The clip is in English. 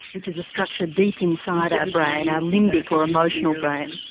which is structure deep inside our brain, our limbic or emotional brain.